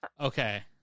Okay